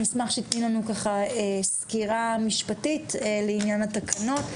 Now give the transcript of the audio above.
אני אשמח שתיתני לנו סקירה משפטית לעניין התקנות,